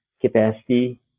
capacity